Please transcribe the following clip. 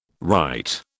Right